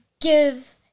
give